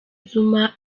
zuma